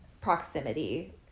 proximity